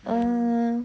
err